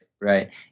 Right